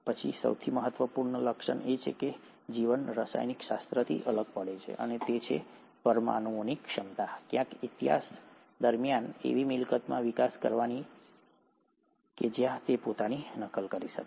પછી સૌથી મહત્વપૂર્ણ લક્ષણ આવ્યું કે જે પ્રકારનું જીવન રસાયણશાસ્ત્રથી અલગ પાડે છે અને તે છે આ પરમાણુઓની ક્ષમતા ક્યાંક ઇતિહાસ દરમિયાન એવી મિલકતમાં વિકાસ કરવાની કે જ્યાં તે પોતાની નકલ કરી શકે